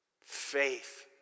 faith